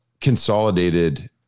consolidated